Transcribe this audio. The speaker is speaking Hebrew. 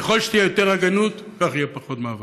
ככל שתהיה יותר הגינות, כך יהיה פחות מאבק.